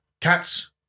Cats